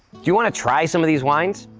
you wanna try some of these wines?